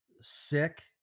sick